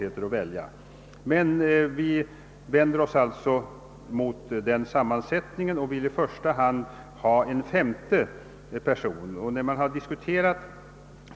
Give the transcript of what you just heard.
I vår reservation har vi vänt oss mot den sammansättningen och föreslår i första hand att en femte ledamot av nämnden tillsättes.